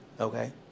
Okay